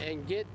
and get